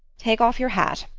take off your hat.